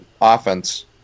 offense